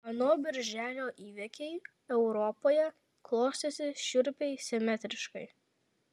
ano birželio įvykiai europoje klostėsi šiurpiai simetriškai